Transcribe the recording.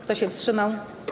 Kto się wstrzymał?